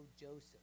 Joseph